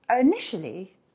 Initially